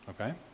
Okay